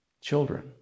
children